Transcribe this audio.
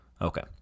Okay